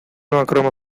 macron